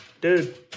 Dude